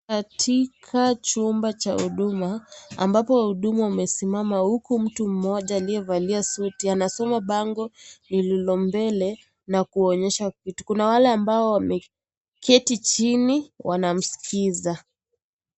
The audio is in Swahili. Katika chumba cha huduma ambapo wahudumu wamesimama huku mtu mmoja aliyevalia suti anasoma bango lililo mbele na kuonyesha vitu kuna wale ambao wameketi chini wanamskiza.